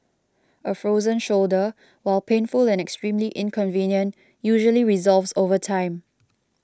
a frozen shoulder while painful and extremely inconvenient usually resolves over time